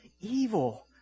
evil